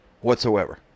whatsoever